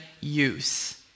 use